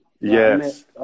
Yes